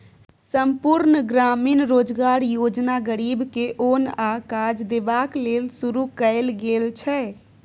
संपुर्ण ग्रामीण रोजगार योजना गरीब के ओन आ काज देबाक लेल शुरू कएल गेल छै